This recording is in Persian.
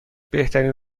بهترین